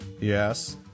Yes